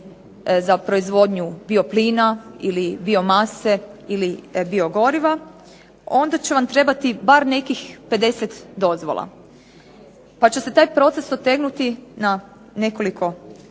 za proizvodnju bioplina ili biomase ili biogoriva onda će vam trebati bar nekih 50 dozvola. Pa će se taj proces otegnuti na nekoliko godina